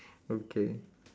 okay